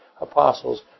apostles